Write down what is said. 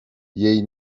jej